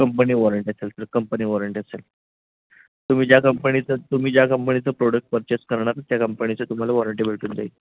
company warranty असेल sir company warranty असेल तुम्ही ज्या कंपनीचं तुम्ही ज्या कंपनीचं प्रोडक्ट पर्चेस करणार त्या कंपनीचं तुम्हाला वॉरंटी भेटून जाईल